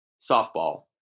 softball